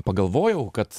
pagalvojau kad